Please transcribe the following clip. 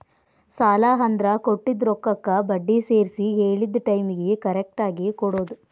ಸಾಲ ಅಂದ್ರ ಕೊಟ್ಟಿದ್ ರೊಕ್ಕಕ್ಕ ಬಡ್ಡಿ ಸೇರ್ಸಿ ಹೇಳಿದ್ ಟೈಮಿಗಿ ಕರೆಕ್ಟಾಗಿ ಕೊಡೋದ್